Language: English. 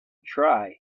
try